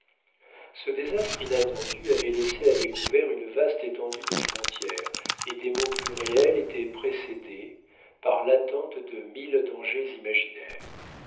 ce désastre inattendu avait laissé à découvert une vaste étendue de frontières et des maux plus réels étaient précédés par l'attente de mille dangers imaginaires